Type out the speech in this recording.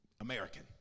American